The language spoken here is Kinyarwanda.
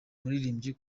muririmbyi